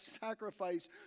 sacrifice